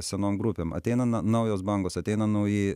senom grupėm ateina na naujos bangos ateina nauji